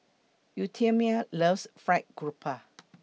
Euphemia loves Fried Garoupa